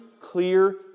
clear